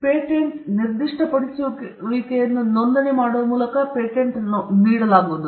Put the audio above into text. patent ನಿರ್ದಿಷ್ಟಪಡಿಸುವಿಕೆಯನ್ನು ನೋಂದಣಿ ಮಾಡುವ ಮೂಲಕ ಪೇಟೆಂಟ್ ನೀಡಲಾಗುವುದು